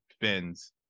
fins